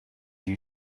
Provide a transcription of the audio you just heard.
you